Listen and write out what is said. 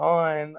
on